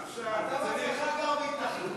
עיסאווי אתה גם גר בהתנחלות,